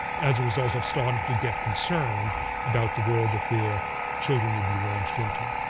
as a result of starting to get concerned about the world that their children would be launched into.